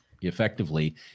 effectively